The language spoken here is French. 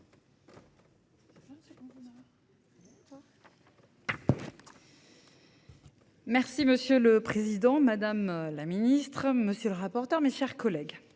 Merci monsieur le président, madame la ministre, monsieur le rapporteur. Mes chers collègues,